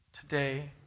today